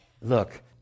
Look